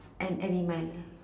an animal